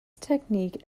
technique